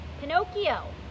Pinocchio